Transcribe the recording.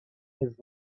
his